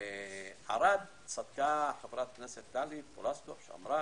ערד צדקה חברת הכנסת פלוסקוב שאמרה,